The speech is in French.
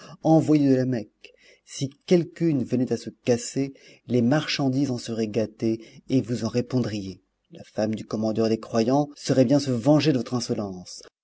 envoyées de la mecque si quelqu'une venait à se casser les marchandises en seraient gâtées et vous en répondriez la femme du commandeur des croyants saurait bien se venger de votre insolence